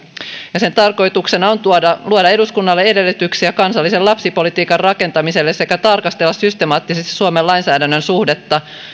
ja sen tarkoituksena on luoda eduskunnalle edellytyksiä kansallisen lapsipolitiikan rakentamiseksi sekä tarkastella systemaattisesti suomen lainsäädännön suhdetta